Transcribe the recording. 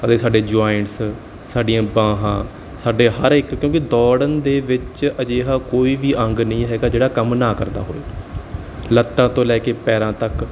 ਅਤੇ ਸਾਡੇ ਜੋਆਇੰਟਸ ਸਾਡੀਆਂ ਬਾਹਾਂ ਸਾਡੇ ਹਰ ਇੱਕ ਕਿਉਂਕਿ ਦੌੜਨ ਦੇ ਵਿੱਚ ਅਜਿਹਾ ਕੋਈ ਵੀ ਅੰਗ ਨਹੀਂ ਹੈਗਾ ਜਿਹੜਾ ਕੰਮ ਨਾ ਕਰਦਾ ਹੋਵੇ ਲੱਤਾਂ ਤੋਂ ਲੈ ਕੇ ਪੈਰਾਂ ਤੱਕ